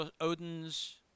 Odin's